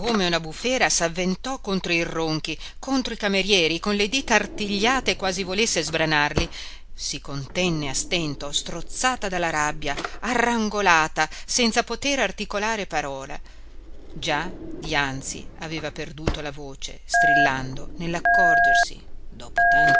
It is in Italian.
come una bufera s'avventò contro il ronchi contro i camerieri con le dita artigliate quasi volesse sbranarli si contenne a stento strozzata dalla rabbia arrangolata senza potere articolar parola già dianzi aveva perduto la voce strillando nell'accorgersi dopo